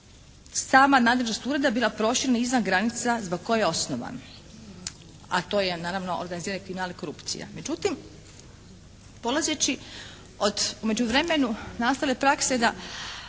sama nadležnost ureda bila proširena izvan granica zbog koje je osnovan a to je naravno organizirani kriminal i korupcija. Međutim, polazeći od u međuvremenu nastale prakse da